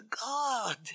God